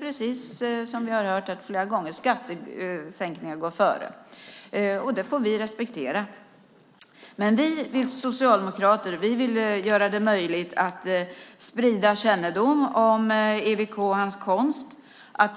Precis som vi har hört här flera gånger går skattesänkningar före. Det får vi respektera. Vi socialdemokrater vill göra det möjligt att sprida kännedom om EWK och hans konst.